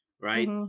right